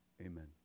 Amen